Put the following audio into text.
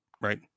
right